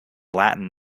latin